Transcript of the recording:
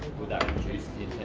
would that reduce